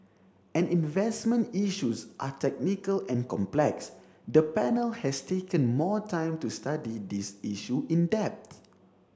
an investment issues are technical and complex the panel has taken more time to study this issue in depth